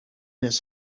his